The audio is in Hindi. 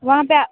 वहाँ पे